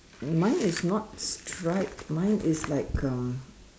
mine is not striped mine is like um